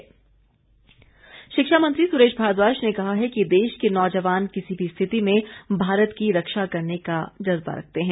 सुरेश भारद्वाज शिक्षा मंत्री सुरेश भारद्वाज ने कहा है कि देश के नौजवान किसी भी स्थिति में भारत की रक्षा करने का जज्बा रखते हैं